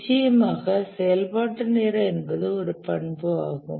நிச்சயமாக செயல்பாட்டு நேரம் என்பது ஒரு பண்பு ஆகும்